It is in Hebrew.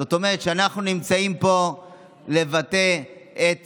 זאת אומרת שאנחנו נמצאים פה לבטא את